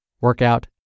Workout